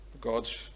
God's